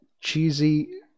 cheesy